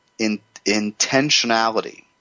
intentionality